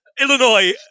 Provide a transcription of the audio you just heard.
Illinois